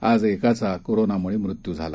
आजएकाचाकोरोनामुळेमृत्यूझाला